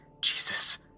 Jesus